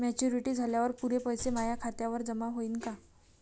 Maturity झाल्यावर पुरे पैसे माया खात्यावर जमा होईन का?